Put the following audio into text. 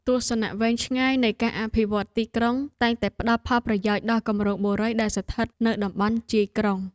ទស្សនវិស័យវែងឆ្ងាយនៃការអភិវឌ្ឍទីក្រុងតែងតែផ្តល់ផលប្រយោជន៍ដល់គម្រោងបុរីដែលស្ថិតនៅតំបន់ជាយក្រុង។